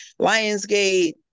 Lionsgate